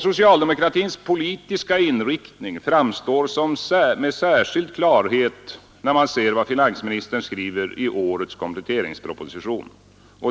Socialdemokratins politiska inriktning framstår med speciell klarhet när man ser vad finansministern skriver i årets kompletteringsproposition.